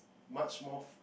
much more